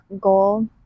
goal